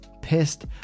Pissed